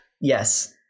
Yes